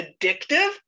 addictive